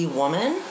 woman